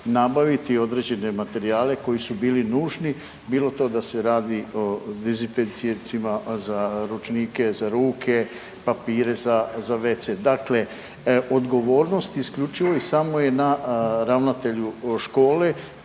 nabaviti određene materijale koji su bili nužni bilo to da se radi o dezinficijencima, za ručnike za ruke, papire za wc. Dakle, odgovornost isključivo i samo je na ravnatelju škole